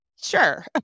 sure